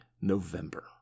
November